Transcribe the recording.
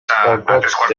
sake